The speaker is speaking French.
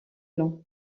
long